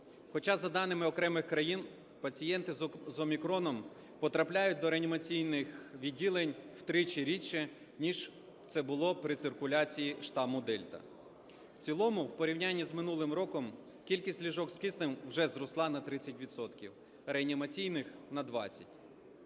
Хоча за даними окремих країн пацієнти з "Омікроном" потрапляють до реанімаційних відділень втричі рідше, ніж це було при циркуляції штаму "Дельта". В цілому, в порівнянні з минулим роком, кількість ліжок з киснем вже зросла на 30 відсотків, а реанімаційних – на 20.